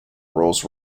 rolls